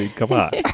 and come on.